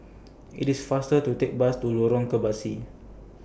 IT IS faster to Take Bus to Lorong Kebasi